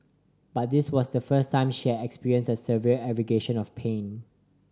but this was the first time she had experienced a severe aggravation of pain